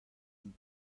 and